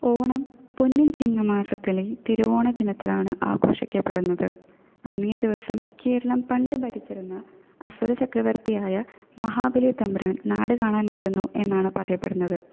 ഓണം പൊന്നിൻ ചിങ്ങമാസത്തിലെ തിരുവോണ ദിനത്തിലാണ് ആഘോഷിക്കപ്പെടുന്നത് അന്നേദിവസം കേരളം പണ്ട് ഭരിച്ചിരുന്ന അസുരചക്രവർത്തകിയായ മഹാബലി തമ്പുരാൻ നാടുകാണാൻ വരുന്നു എന്നാണ് പറയപ്പെടുന്നത്